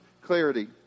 clarity